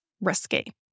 risky